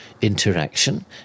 interaction